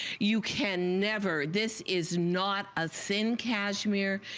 you can never this is not a sin kashmir.